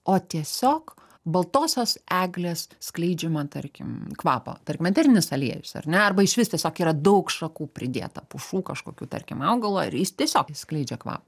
o tiesiog baltosios eglės skleidžiamą tarkim kvapą tarkim eterinis aliejus ar ne arba išvis tiesiog yra daug šakų pridėta pušų kažkokių tarkim augalo ir jis tiesiog skleidžia kva